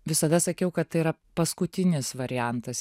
visada sakiau kad tai yra paskutinis variantas